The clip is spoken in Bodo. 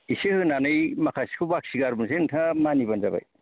एसे होनानै माखासेखौ बाखि गारबोनोसै नोंथाङा मानिबा नो जाबाय